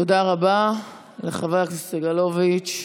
תודה רבה לחבר הכנסת סגלוביץ'.